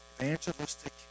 evangelistic